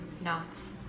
knots